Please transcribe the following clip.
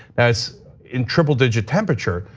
that's in triple digit temperature,